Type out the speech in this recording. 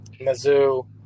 Mizzou